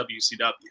WCW